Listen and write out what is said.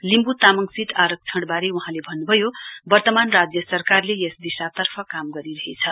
Limbu Tamang seat आरक्षणबारे वहाँले भन्नु भयो वर्तमान राज्य सरकारले यस दिशातर्फ काम गरिरहेछ